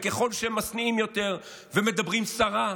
וככל שהם משניאים יותר ומדברים סרה,